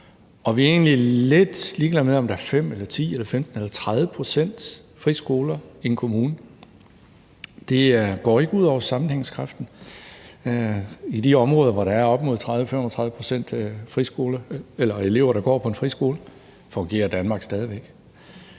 vi er egentlig lidt ligeglade med, om der er 5 eller 10 eller 15 eller 30 pct. af eleverne, der går i friskoler i en kommune, for det går ikke ud over sammenhængskraften. I de områder, hvor der er op mod 30-35 pct. elever, der går på en friskole, fungerer Danmark stadig væk.